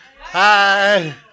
Hi